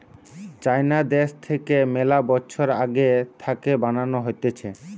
চাইনা দ্যাশ থাকে মেলা বছর আগে থাকে বানানো হতিছে